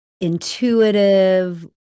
intuitive